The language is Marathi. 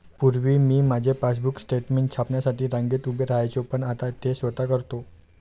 पूर्वी मी माझे पासबुक स्टेटमेंट छापण्यासाठी रांगेत उभे राहायचो पण आता ते स्वतः करतो